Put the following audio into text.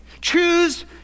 choose